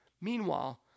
Meanwhile